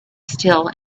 still